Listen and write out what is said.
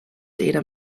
data